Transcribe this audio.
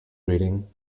greeting